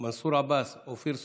מנסור עבאס, אופיר סופר,